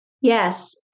Yes